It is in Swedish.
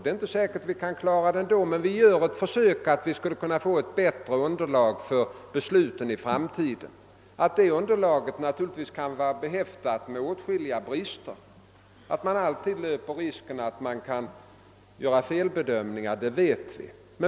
Det är inte säkert att vi kan klara problemen ändå men vi kan göra ett försök att få bättre underlag för de framtida besluten. Underlaget kan naturligtvis vara behäftat med åtskilliga brister eftersom man, som alla vet, alltid löper risken att göra felbedömningar.